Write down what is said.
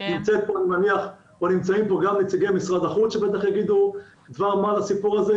נמצאים פה גם נציגי משרד החוץ שבטח יגידו דבר מה על הסיפור הזה.